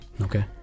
Okay